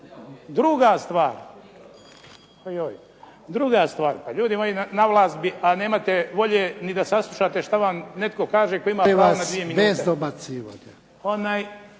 ga citirao. Druga stvar, pa ljudi moji, na vlast bi, a nemate volje ni da saslušate što vam netko kaže koji ima pravo na 2 minute.